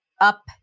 up